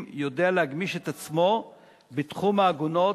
יודע להגמיש את עצמו בתחום העגונות,